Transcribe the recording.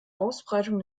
ausbreitung